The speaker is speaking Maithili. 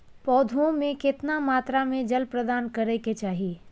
पौधों में केतना मात्रा में जल प्रदान करै के चाही?